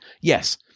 Yes